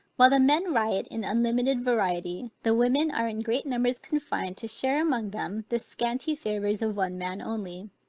while the men riot in unlimited variety, the women are in great numbers confined to share among them the scanty favors of one man only.